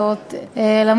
ערב